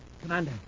Commander